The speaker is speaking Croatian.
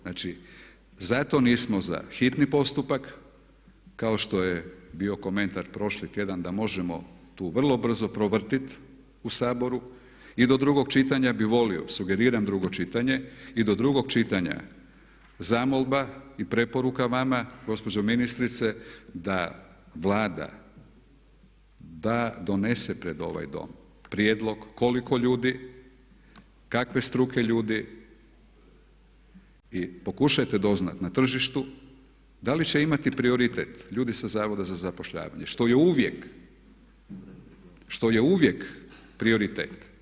Znači, zato nismo za hitni postupak kao što je bio komentar prošli tjedan da možemo tu vrlo brzo provrtjeti u Saboru i do drugog čitanja bih volio, sugeriram drugo čitanje, i do drugog čitanja zamolba i preporuka vama gospođo ministrice da Vlada donese pred ovaj dom prijedlog koliko ljudi, kakve struke ljudi i pokušajte doznati na tržištu da li će imati prioritet ljudi sa Zavoda za zapošljavanje, što je uvijek prioritet.